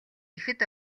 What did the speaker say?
ихэд